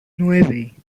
nueve